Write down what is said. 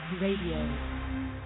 Radio